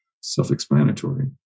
self-explanatory